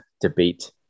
debate